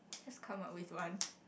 just come up with one